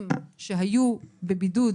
לעצמאים שהיו בבידוד,